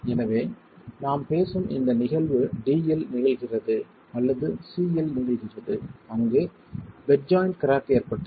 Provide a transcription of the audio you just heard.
எனவே நாம் பேசும் இந்த நிகழ்வு d இல் நிகழ்கிறது அல்லது c இல் நிகழ்கிறது அங்கு பெட் ஜாய்ண்ட் கிராக் ஏற்பட்டது